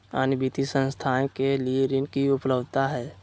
अन्य वित्तीय संस्थाएं के लिए ऋण की उपलब्धता है?